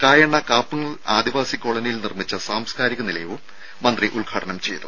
കായണ്ണ കാപ്പുമ്മൽ ആദിവാസി കോളനിയിൽ നിർമ്മിച്ച സാംസ്ക്കാരിക നിലയവും മന്ത്രി ഉദ്ഘാടനം ചെയ്തു